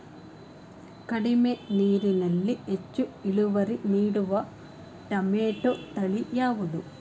ಕಡಿಮೆ ನೀರಿನಲ್ಲಿ ಹೆಚ್ಚು ಇಳುವರಿ ನೀಡುವ ಟೊಮ್ಯಾಟೋ ತಳಿ ಯಾವುದು?